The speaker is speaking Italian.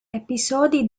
episodi